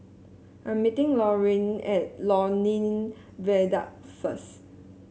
I'm meeting Laureen at Lornie Viaduct first